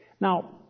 Now